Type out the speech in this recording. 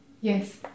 yes